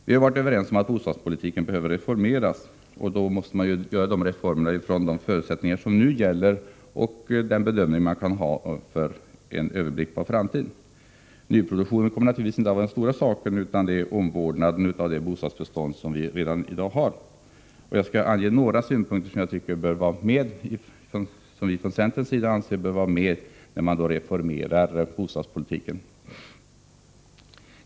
Vi har varit överens om att bostadspolitiken behöver reformeras. Då måste reformerna göras utifrån de förutsättningar som nu gäller och den bedömning som kan göras för överblickbar framtid. Nyproduktionen kommer naturligtvis inte att vara den stora saken, utan det gäller omvårdnaden av det bostadsbestånd som vi redan har. Jag skall ange några synpunkter som vi från centerns sida anser bör vara med när man reformerar bostadspolitiken. 1.